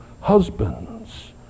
husbands